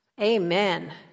Amen